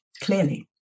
clearly